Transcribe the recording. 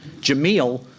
Jamil